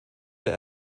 der